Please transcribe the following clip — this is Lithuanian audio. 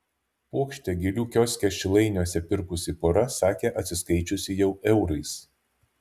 puokštę gėlių kioske šilainiuose pirkusi pora sakė atsiskaičiusi jau eurais